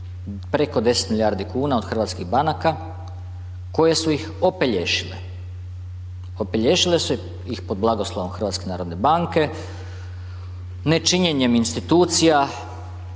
preko 10 milijardi kuna od hrvatskih banaka koje su ih opelješile. Opelješile su ih pod blagoslovom HNB-a, nečinjenjem institucija,